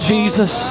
Jesus